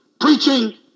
Preaching